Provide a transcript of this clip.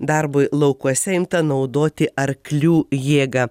darbui laukuose imta naudoti arklių jėgą